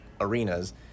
arenas